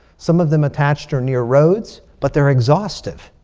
some of them attached are near roads. but they're exhaustive.